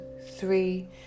three